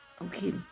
Okay